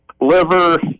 liver